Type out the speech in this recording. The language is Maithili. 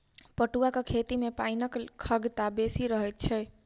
पटुआक खेती मे पानिक खगता बेसी रहैत छै